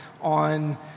on